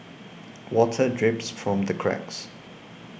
water drips from the cracks